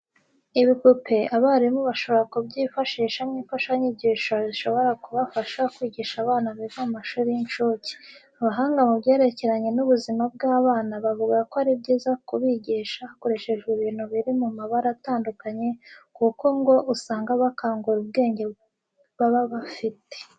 Ibipupe abarimu bashobora kubyifashisha nk'imfashanyigisho zishobora kubafasha kwigisha abana biga mu mahuri y'incuke. Abahanga mu byerekeranye n'ubuzima bw'abana bavuga ko ari byiza kubigisha hakoreshejwe ibintu biri mu mabara atandukanye kuko ngo usanga bikangura ubwenge baba bafite.